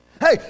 Hey